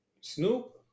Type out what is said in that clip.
Snoop